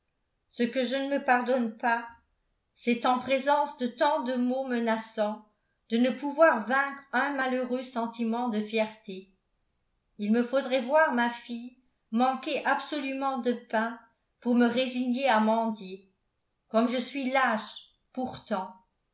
ce que je ne me pardonne pas c'est en présence de tant de maux menaçants de ne pouvoir vaincre un malheureux sentiment de fierté il me faudrait voir ma fille manquer absolument de pain pour me résigner à mendier comme je suis lâche pourtant